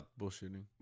bullshitting